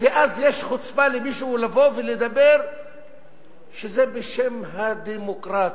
ואז יש חוצפה למישהו לבוא ולדבר שזה בשם הדמוקרטיה.